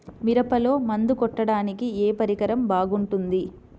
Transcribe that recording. మిరపలో మందు కొట్టాడానికి ఏ పరికరం బాగుంటుంది?